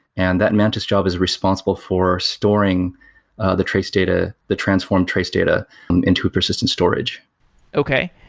and that mantis job is responsible for storing the trace data, the transform trace data into a persistent storage okay.